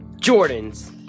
Jordan's